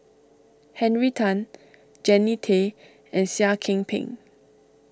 Henry Tan Jannie Tay and Seah Kian Peng